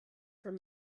from